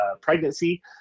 pregnancy